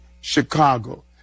Chicago